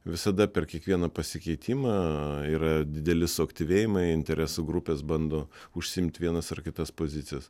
visada per kiekvieną pasikeitimą yra dideli suaktyvėjimai interesų grupės bando užsiimt vienas ar kitas pozicijas